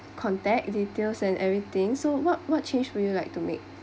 contact details and everything so what what changed you like to make